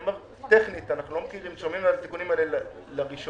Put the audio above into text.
טכנית אנחנו שומעים על התיקונים האלה לראשונה.